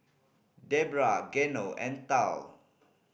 Debrah Geno and Tal